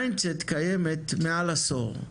MindCET קיימת מעל עשור,